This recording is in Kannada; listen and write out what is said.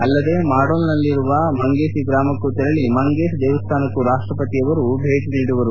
ಅಲ್ಲದೇ ಮಾರ್ಡೋಲ್ನಲ್ಲಿರುವ ಮಂಗೇಷಿ ಗ್ರಾಮಕ್ಕೂ ತೆರಳಿ ಮಂಗೇಷ್ ದೇವಸ್ಥಾನಕ್ಕೂ ರಾಷ್ಟ್ರಪತಿ ಅವರು ಭೇಟಿ ನೀಡುವರು